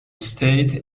state